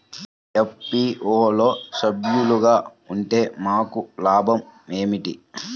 FPO లో సభ్యులుగా ఉంటే మనకు లాభం ఏమిటి?